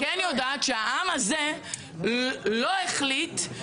אני כן יודעת שהעם הזה לא החליט,